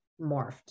morphed